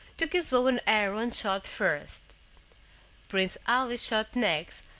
took his bow and arrow and shot first prince ali shot next,